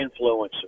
influencers